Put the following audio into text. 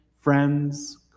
friends